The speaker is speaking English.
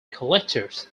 collectors